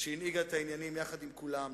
שהנהיגה את העניינים יחד עם כולם,